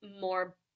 more